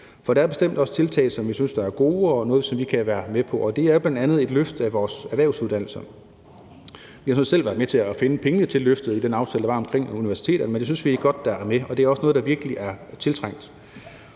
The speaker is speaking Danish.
Der er bestemt også tiltag, som vi synes er gode og er noget, som vi kan være med på, og det er bl.a. et løft af vores erhvervsuddannelser. Vi har selv været med til at finde pengene til løftet i den aftale, der var omkring universiteterne, og vi synes, det er godt, det er med, for det er også noget, der virkelig er tiltrængt.